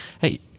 hey